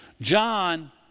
John